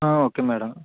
okay madam